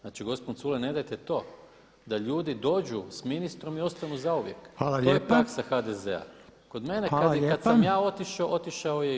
Znači gospon Culej, ne dajte to da ljudi dođu s ministrom i ostanu zauvijek, to je praksa HDZ-a [[Upadica Reiner: Hvala lijepa.]] Kod mene kad sam ja otišao otišao je i on.